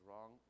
wrong